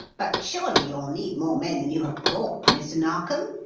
but surely you will need more men than you have brought, mr. narkom,